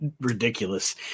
ridiculous